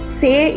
say